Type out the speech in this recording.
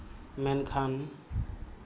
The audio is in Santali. ᱢᱮᱱᱠᱷᱟᱱ